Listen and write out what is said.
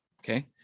okay